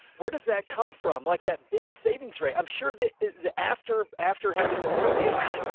where does that come from? like that big savings rate. i'm sure that the, after, after having the mortgage,